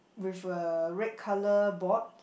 with a red colour board